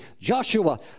Joshua